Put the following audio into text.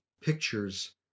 pictures